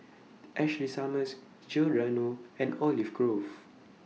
Ashley Summers Giordano and Olive Grove